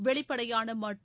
வெளிப்படையான மற்றும்